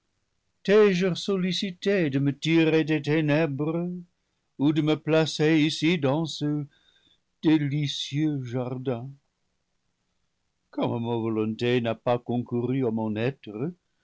t'ai-je sollicité de me tirer des ténèbres ou de me placer ici dans ce délicieux jardin comme ma voloneé n'a pas concouru à mon être